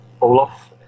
Olaf